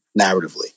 narratively